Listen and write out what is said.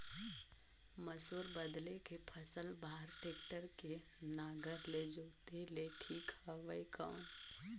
मसूर बदले के फसल बार टेक्टर के नागर ले जोते ले ठीक हवय कौन?